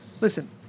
listen